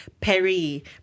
perry